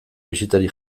bisitari